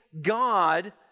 God